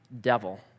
devil